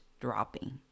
dropping